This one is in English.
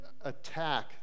attack